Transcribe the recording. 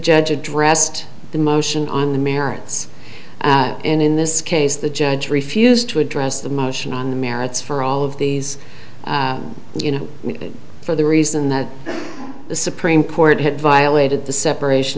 judge addressed the motion on the merits and in this case the judge refused to address the motion on the merits for all of these you know for the reason that the supreme court had violated the separation